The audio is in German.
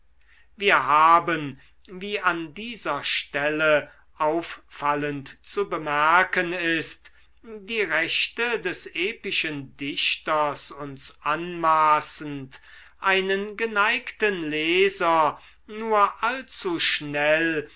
wir haben wie an dieser stelle auffallend zu bemerken ist die rechte des epischen dichters uns anmaßend einen geneigten leser nur allzu schnell